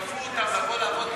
כפו אותם לבוא לעבוד,